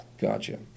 Gotcha